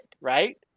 right